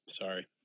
Sorry